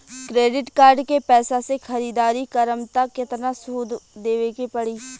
Credit card के पैसा से ख़रीदारी करम त केतना सूद देवे के पड़ी?